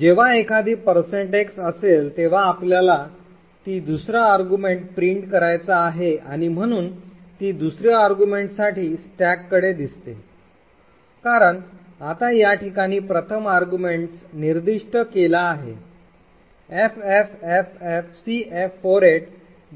जेव्हा एखादी x असेल तेव्हा आपल्याला ती दुसरा argument print करायचा आहे आणि म्हणून ती दुसर्या arguments साठी स्टॅककडे दिसते कारण आता या ठिकाणी प्रथम arguments निर्दिष्ट केला आहे ffffcf48